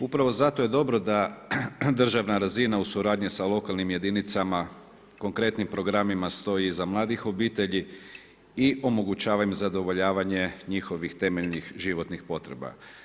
Upravo zato je dobro da državna razina u suradnji sa lokalnim jedinicama, konkretnim programima stoji iza mladih obitelji i omogućava im zadovoljavanje njihovih temeljnih životnih potreba.